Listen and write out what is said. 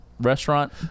restaurant